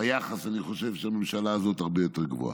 ביחס, אני חושב שהממשלה הזאת הרבה יותר גדולה.